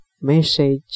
message